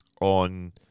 on